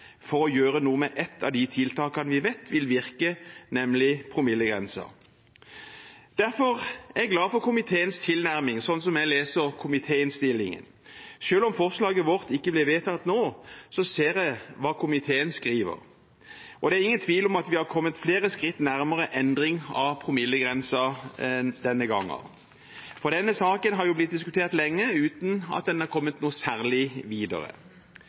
for å gjøre noe med et av de tiltakene vi vet vil virke, nemlig promillegrensen. Derfor er jeg glad for komiteens tilnærming, sånn som jeg leser komitéinnstillingen. Selv om forslaget vårt ikke blir vedtatt nå, ser jeg hva komiteen skriver, og det er ingen tvil om at vi har kommet flere skritt nærmere endring av promillegrensen denne gangen. Denne saken har jo blitt diskutert lenge uten at en har kommet noe særlig videre.